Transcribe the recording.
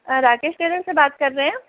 Rakesh trailer से बात कर रह है